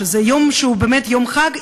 שזה יום שהוא באמת יום חג,